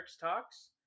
talks